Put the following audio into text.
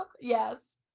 yes